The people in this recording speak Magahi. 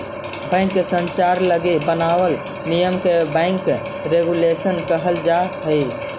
बैंक के संचालन लगी बनावल नियम के बैंक रेगुलेशन कहल जा हइ